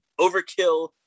overkill